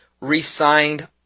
re-signed